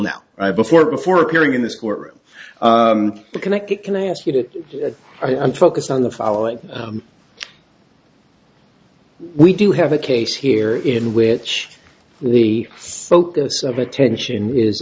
now before before appearing in this court room connect it can i ask you to i'm focused on the following we do have a case here in which the focus of attention is